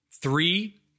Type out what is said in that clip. Three